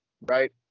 right